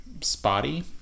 Spotty